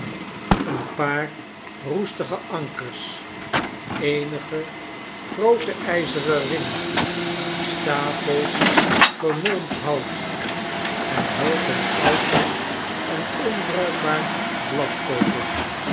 een paar roestige ankers eenige groote ijzeren ringen stapels vermolmend hout en hoopen oud en onbruikbaar